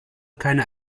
keine